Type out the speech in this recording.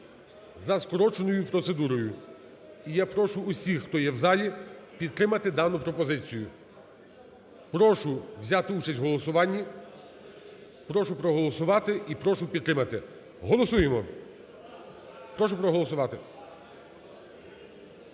за скороченою процедурою. І я прошу всіх хто є в залі підтримати дану пропозицію. Прошу взяти участь у голосуванні, прошу проголосувати і прошу підтримати. Голосуємо, прошу проголосувати.